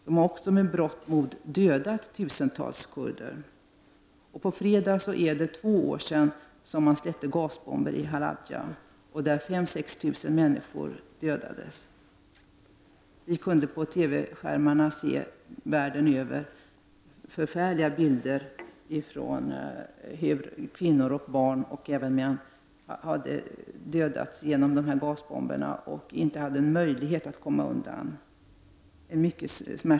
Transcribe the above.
Man har också med berått mod dödat tusentals kurder. På fredag är det två år sedan gasbomber släpptes ned på befolkningen i Halabja varvid 5 000—6 000 personer dödades. På TV skärmar världen över kunde människor se förfärliga bilder på hur kvinnor och barn samt även män hade dödats av dessa gasbomber. Det var en smärtsam död utan möjlighet att komma undan.